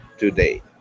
Today